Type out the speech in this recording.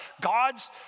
God's